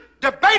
debate